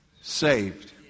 saved